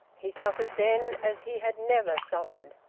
he suffered then as he had never suffered.